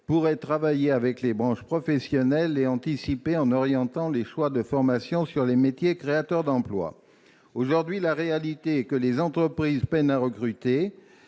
pourraient travailler avec les branches professionnelles et anticiper en orientant les choix de formation sur les métiers créateurs d'emplois ? Aujourd'hui, la réalité, c'est que les entreprises peinent à recruter.